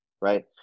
right